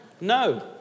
no